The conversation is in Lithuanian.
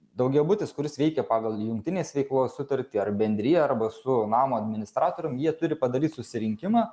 daugiabutis kuris veikia pagal jungtinės veiklos sutartį ar bendrija arba su namo administratorium jie turi padaryt susirinkimą